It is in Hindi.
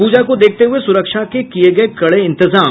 पूजा को देखते हुये सुरक्षा के किये गये कड़े इंतजाम